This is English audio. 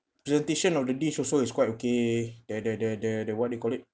presentation of the dish also is quite okay the the the the the what you call it